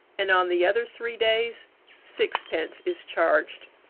and on the other three days sixpence is charged.